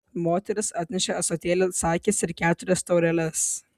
moteris atnešė ąsotėlį sakės ir keturias taureles